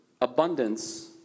abundance